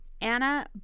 anna